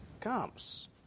comes